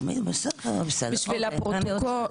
תמיד בסוף, אבל בסדר.